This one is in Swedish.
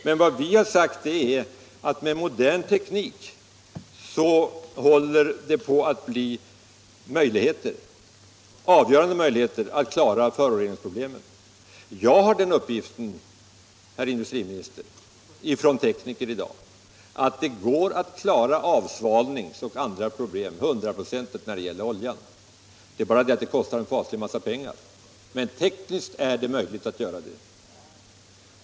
Men vad vi har sagt är att det med modern teknik håller på att skapas avgörande möjligheter att lösa föroreningsproblemen. Jag har fått den uppgiften från tekniker, herr industriminister, att det i dag går att klara avsvavlingsoch andra problem hundraprocentigt när det gäller olja — svårigheten är bara att detta kostar en faslig massa pengar, men tekniskt sett är det möjligt att göra det.